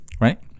right